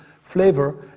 flavor